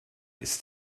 ist